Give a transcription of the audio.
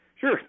sure